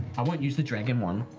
i won't use the dragon one.